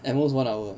at most one hour